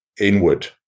inward